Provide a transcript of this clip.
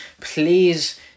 please